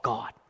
God